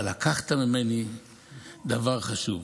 אבל לקחת ממני דבר חשוב,